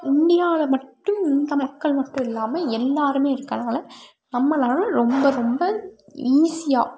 இந்தியாவில் மட்டும் இந்த மக்கள் மட்டும் இல்லாமல் எல்லோருமே இருக்கறனால நம்மளால் ரொம்ப ரொம்ப ஈஸியாக